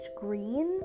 green